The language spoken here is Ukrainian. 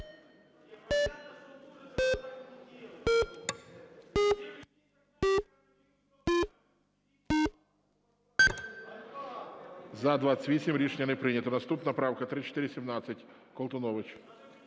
За-28 Рішення не прийнято. Наступна правка 3417. Колтунович.